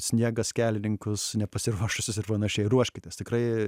sniegas kelininkus nepasiruošusius ir panašiai ruoškitės tikrai